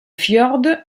fjord